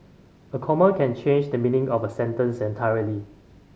a comma can change the meaning of a sentence entirely